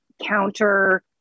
counter